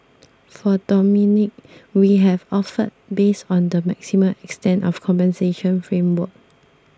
for Dominique we have offered based on the maximum extent of compensation framework